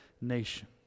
nation